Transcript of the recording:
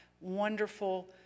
wonderful